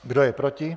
Kdo je proti?